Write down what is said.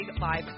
live